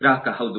ಗ್ರಾಹಕ ಹೌದು